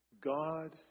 God